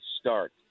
start